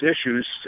issues